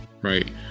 right